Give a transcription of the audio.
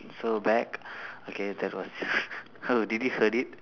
so back okay that was how did you heard it